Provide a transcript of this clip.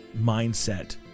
mindset